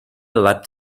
leapt